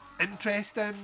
interesting